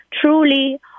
truly